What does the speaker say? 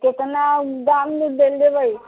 केतना दाममे दे देबै